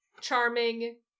charming